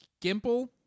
Gimple